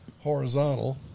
horizontal